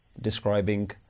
describing